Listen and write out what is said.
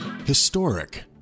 Historic